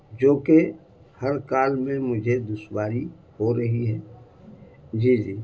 جو کہ ہر کال میں مجھے دشواری ہو رہی ہے جی جی